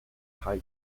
high